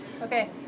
Okay